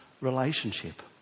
relationship